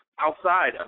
outside